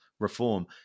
reform